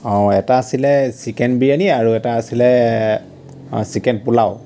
অঁ এটা আছিলে চিকেন বিৰিয়ানী এটা আছিলে চিকেন পোলাও